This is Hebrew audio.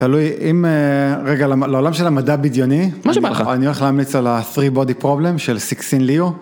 תלוי, אם, רגע, לעולם של המדע בדיוני, מה שבא לך, אני הולך להמליץ על ה-free body problem של סיקסין ליאו.